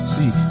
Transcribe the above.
See